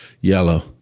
yellow